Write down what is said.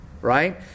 right